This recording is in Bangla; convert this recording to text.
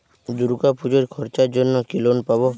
দূর্গাপুজোর খরচার জন্য কি লোন পাব?